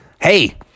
hey